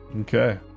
Okay